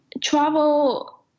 travel